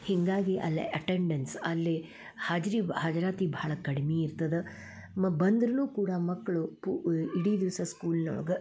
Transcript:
ಹೀಗಾಗಿ ಅಲ್ಲೆ ಅಟೆಂಡೆನ್ಸ್ ಅಲ್ಲಿ ಹಾಜ್ರಿ ಹಾಜರಾತಿ ಬಹಳ ಕಡಿಮೆ ಇರ್ತದ ಮ ಬಂದರೂ ಕೂಡ ಮಕ್ಕಳು ಪು ಇಡೀ ದಿವಸ ಸ್ಕೂಲ್ನೊಳ್ಗೆ